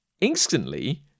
instantly